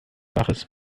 baches